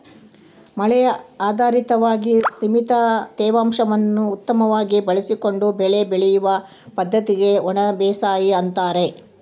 ಮಳೆ ಆಧಾರಿತವಾಗಿ ಸೀಮಿತ ತೇವಾಂಶವನ್ನು ಉತ್ತಮವಾಗಿ ಬಳಸಿಕೊಂಡು ಬೆಳೆ ಬೆಳೆಯುವ ಪದ್ದತಿಗೆ ಒಣಬೇಸಾಯ ಅಂತಾರ